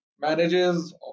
manages